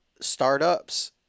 startups